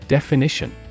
Definition